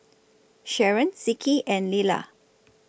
Sharon Zeke and Leila